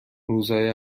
روزهای